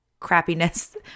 crappiness